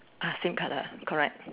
ah same colour correct